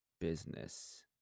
business